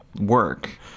work